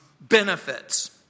Benefits